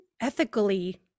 ethically